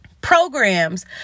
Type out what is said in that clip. Programs